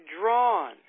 drawn